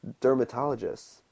dermatologists